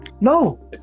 No